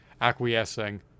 acquiescing